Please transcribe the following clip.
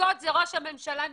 הקדקוד הוא ראש הממשלה נתניהו.